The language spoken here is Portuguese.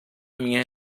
minha